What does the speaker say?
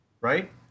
right